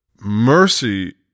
mercy